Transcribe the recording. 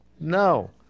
no